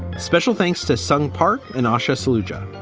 special thanks to sung park and asha solution.